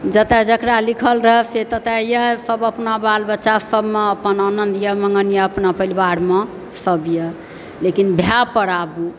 जतए जकरा लिखल रहै से ततेए सभ अपना बालबच्चासभ अपन आनन्दए मगनए अपना परिवारमे सभए लेकिन भाय पर आब